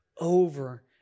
over